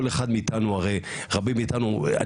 כל אחד מאיתנו הרי רבים מאיתנו,